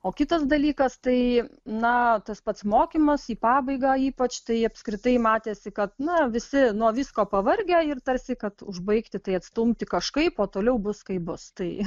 o kitas dalykas tai na tas pats mokymas į pabaigą ypač tai apskritai matėsi kad na visi nuo visko pavargę ir tarsi kad užbaigti tai atstumti kažkaip o toliau bus kaip bus tai